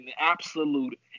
absolute